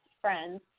friends